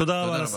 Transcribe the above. תודה רבה.